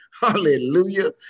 Hallelujah